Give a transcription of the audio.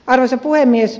arvoisa puhemies